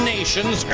Nations